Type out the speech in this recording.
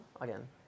Again